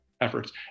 efforts